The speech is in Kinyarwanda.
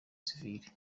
civile